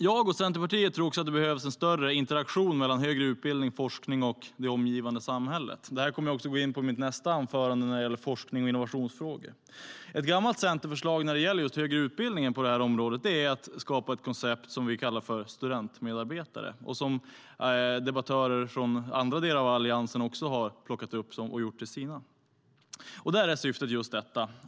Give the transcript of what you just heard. Jag och Centerpartiet tror också att det behövs en större interaktion mellan högre utbildning, forskning och det omgivande samhället. Det kommer jag att gå in på i mitt anförande i nästa debatt om forsknings och innovationsfrågor. Ett gammalt centerförslag när det gäller just den högre utbildningen på det här området är att skapa ett koncept som vi kallar studentmedarbetare, som debattörer från andra delar av Alliansen har plockat upp och gjort till sitt.